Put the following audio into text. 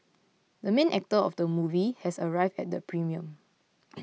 the main actor of the movie has arrived at the premiere